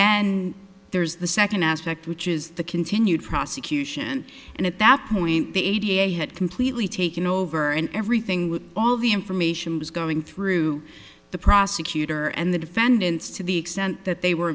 then there's the second aspect which is the continued prosecution and at that point the a t a i had completely taken over and everything with all the information was going through the prosecutor and the defendants to the extent that they were